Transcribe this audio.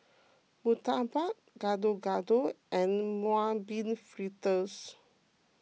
Murtabak Gado Gado and Mung Bean Fritters